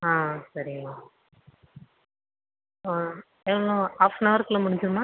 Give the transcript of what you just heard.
ஆ சரிங்க மேம் எவ்வளோ off on அவருக்குள்ளே முடிஞ்சுவிடுமா